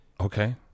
okay